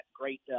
great